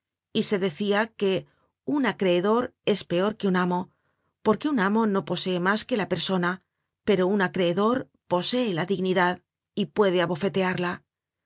y se decia que un acreedor es peor que un amo porque un amo no posee mas que la persona pero un acreedor posee la dignidad y puede abofetearla